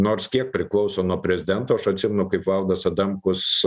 nors kiek priklauso nuo prezidento aš atsimenu kaip valdas adamkus